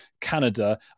Canada